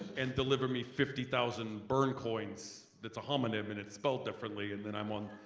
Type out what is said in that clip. and deliver me fifty thousand bern coins. that's a homonym and it's spelled differently and then i'm on,